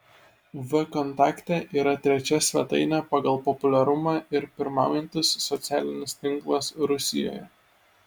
vkontakte yra trečia svetainė pagal populiarumą ir pirmaujantis socialinis tinklas rusijoje